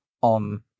on